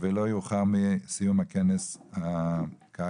ולא יאוחר מסיום כנס הקיץ.